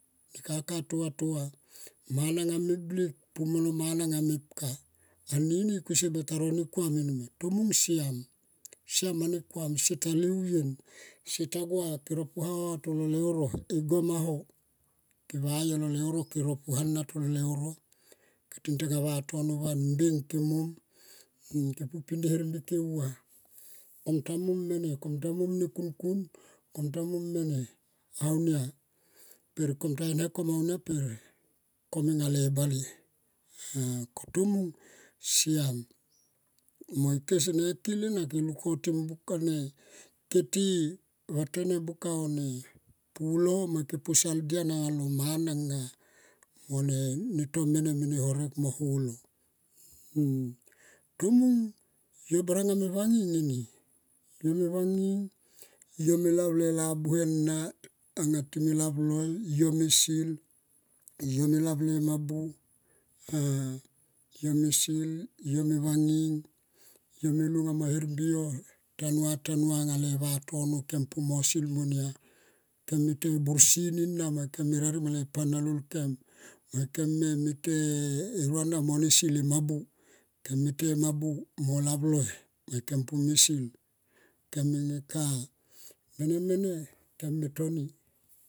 Ne kaka nga tova tova anin mana nga me blik pumolo mana nga mepka. Anini kusier beta ro ne kuameni ma tomung siam. Siam ma ne kuam sieta la vueng sieta gua ke ro pua ho tolo leuro e goma ho ke va i tolo leuro kero pua ho lolo leur. Keti tanga vatono van mbeng ke mom, ke pu pinde herbike auva kom ta mom mene. Kom ta mom ne kunkun, kom ta mom mene aunia. Per kom ta in he kom aunia per kom enga le bale ah. Ko tomung siam mo ike sene kil ena ke lukotim buka ne ke ti vatene buka one pulo mo ke posal dian alo ne mana nga alo ne to mene ne horek mo holo. Tomung yo baranga me vanging eni, yo me vanging yo me lap le la buhe na anga time lav loi. Yo me sil, yo me lap lo e mabu ah yo me sil yo me vanging me lunga mo e hermbi yo tanua tanua anga le vatono kem pumo ne sil monia. Kem me to e bur sini na mo ikem me poi le panalol kem mo ikem me toi e rona mo ne sil e mabu, kem me toi e mabu mo lavloi mo ikem pume sil. Kem me ne ka mene mene kem me toni.